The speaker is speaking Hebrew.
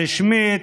הרשמית,